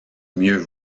mieux